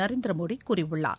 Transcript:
நரேந்திர மோடி கூறியுள்ளார்